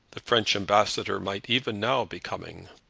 the french ambassador might even now be coming.